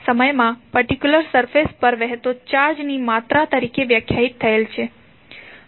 તે એકમ સમયમાં પર્ટિક્યુલર સર્ફેશ પર વહેતા ચાર્જની માત્રા તરીકે વ્યાખ્યાયિત થયેલ છે